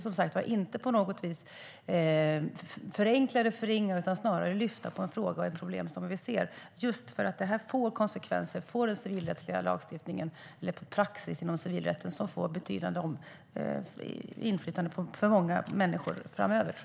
Jag vill inte på något vis förenkla eller förringa utan snarare lyfta upp en fråga och ett problem som vi ser, för det får konsekvenser för den civilrättsliga lagstiftningen eller för praxis inom civilrätten som får betydande inflytande på många människor framöver.